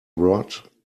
rod